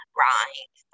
right